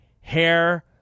hair